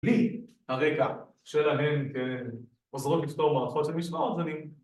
בלי הרקע שלהם כעוזרות לפתור מערכות של משוואות אני